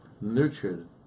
nurtured